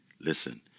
Listen